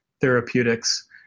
therapeutics